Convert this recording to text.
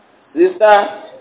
sister